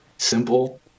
Simple